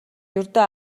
ердөө